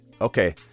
Okay